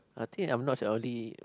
I'm think I'm not only